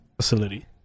facility